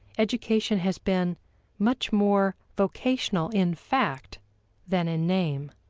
education has been much more vocational in fact than in name.